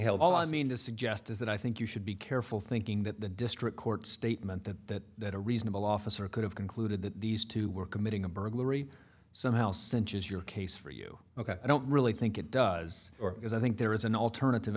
held all i mean to suggest is that i think you should be careful thinking that the district court statement that reasonable officer could have concluded that these two were committing a burglary somehow cinches your case for you ok i don't really think it does because i think there is an alternative